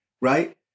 right